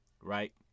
right